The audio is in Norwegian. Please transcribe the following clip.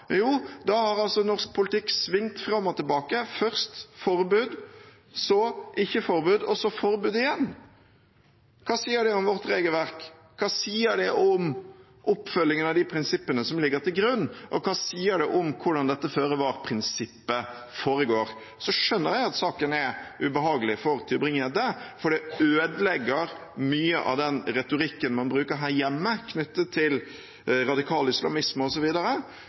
Jo, da har norsk politikk svingt fram og tilbake – først forbud, så ikke forbud, så forbud igjen. Hva sier det om vårt regelverk? Hva sier det om oppfølgingen av de prinsippene som ligger til grunn, og hva sier det om hvordan dette føre var-prinsippet foregår? Jeg skjønner at saken er ubehagelig for Tybring-Gjedde, for det ødelegger mye av den retorikken man bruker her hjemme knyttet til radikal islamisme